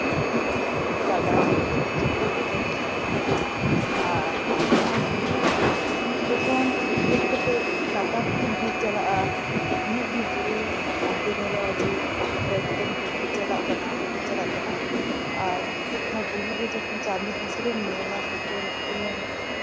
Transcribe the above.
ᱜᱟᱰᱟ ᱡᱷᱚᱛᱚ ᱢᱤᱞᱟᱹᱣ ᱛᱮ ᱛᱟᱦᱮᱱᱟ ᱟᱨ ᱱᱚᱣᱟ ᱵᱩᱨᱩ ᱡᱚᱠᱷᱚᱱ ᱯᱷᱮᱰ ᱠᱟᱛᱮᱫ ᱞᱟᱛᱟᱨ ᱛᱮᱜᱮᱢ ᱦᱮᱡ ᱪᱟᱞᱟᱜᱼᱟ ᱩᱱᱟᱹᱜ ᱜᱮ ᱵᱩᱨᱩ ᱦᱟᱱᱛᱮ ᱧᱮᱞᱚᱜᱼᱟ ᱡᱮ ᱮᱠᱫᱚᱢ ᱠᱟᱹᱴᱤᱡ ᱪᱟᱞᱟᱜ ᱠᱟᱱᱟ ᱠᱟᱹᱴᱤᱡ ᱪᱟᱞᱟᱜ ᱠᱟᱱᱟ ᱟᱨ ᱚᱱᱟ ᱵᱩᱨᱩ ᱨᱮ ᱡᱚᱠᱷᱚᱱ ᱪᱟᱸᱫᱚ ᱦᱟᱹᱥᱩᱨᱮᱢ ᱧᱮᱞᱟ ᱵᱤᱠᱮᱞ